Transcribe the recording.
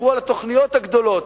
דיברו על התוכניות הגדולות,